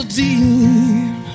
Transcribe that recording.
deep